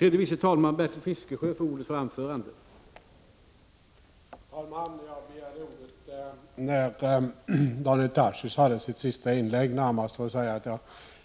Herr talman! Jag begärde ordet när Daniel Tarschys haft sitt sista inlägg, närmast för att säga att jag